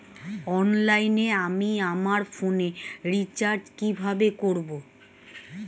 অনলাইনে আমি আমার ফোনে রিচার্জ কিভাবে করব?